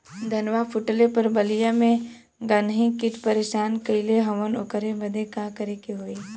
धनवा फूटले पर बलिया में गान्ही कीट परेशान कइले हवन ओकरे बदे का करे होई?